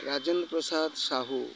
Rajan Prasad Sahu